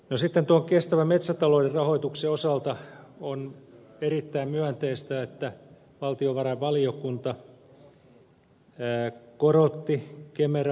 sitten tuon kestävän metsätalouden rahoituksen osalta on erittäin myönteistä että valtiovarainvaliokunta korotti kemera varoja